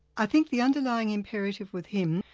i think the underlying imperative with him,